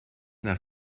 nach